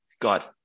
got